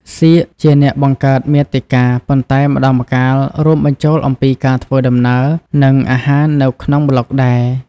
សៀក ជាអ្នកបង្កើតមាតិកា ប៉ុន្តែម្តងម្កាលរួមបញ្ចូលអំពីការធ្វើដំណើរ និងអាហារនៅក្នុងប្លុកដែរ។